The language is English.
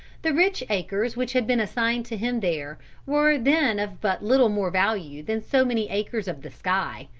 the rich acres which had been assigned to him there were then of but little more value than so many acres of the sky.